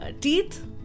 teeth